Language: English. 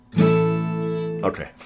okay